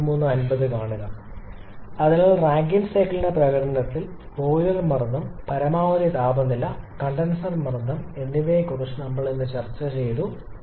അതിനാൽ റാങ്കൈൻ സൈക്കിളിന്റെ പ്രകടനത്തിൽ ബോയിലർ മർദ്ദം പരമാവധി താപനില കണ്ടൻസർ മർദ്ദം എന്നിവയെക്കുറിച്ച് ഇന്ന് നമ്മൾ ചർച്ചചെയ്തു